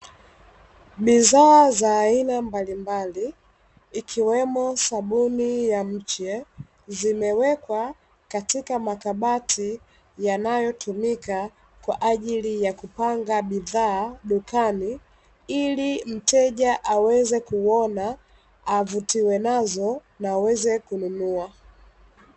Bidhaa za aina mbalimbali ikiwemo sabuni mche, zimewekwa katika makabati yanayotukimia kwa ajili ya kupanga bidhaa dukani, ili mteja aweze kuona, avutiwe nazo na aweze kununua.